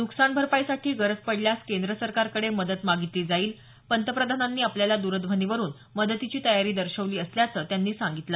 नुकसान भरपाईसाठी गरज पडल्यास केंद्र सरकारकडे मदत मागितली जाईल पंतप्रधानांनी आपल्याला दरध्वनीवरून मदतीची तयारी दर्शवली असल्याचं त्यांनी सांगितलं